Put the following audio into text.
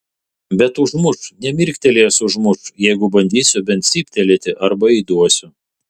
bet užmuš nemirktelėjęs užmuš jeigu bandysiu bent cyptelėti arba įduosiu